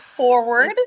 Forward